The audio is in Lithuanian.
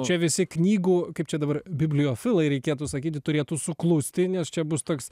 čia visi knygų kaip čia dabar bibliofilai reikėtų sakyti turėtų suklusti nes čia bus toks